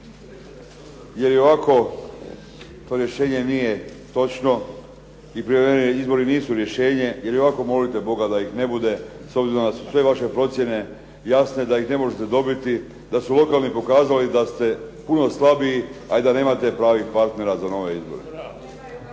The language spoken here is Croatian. Jer ovakvo rješenje nije točno i prijevremeni izbori nisu rješenje, jer i ovako molite Boga da ih ne bude s obzirom da su sve vaše procjene jasne da ih ne možete dobiti, da su lokalni pokazali da ste puno slabiji a i da nemate pravih partnera za nove izbore.